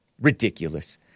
Ridiculous